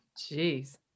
Jeez